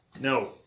No